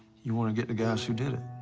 you want to get the guys who did it.